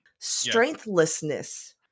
Strengthlessness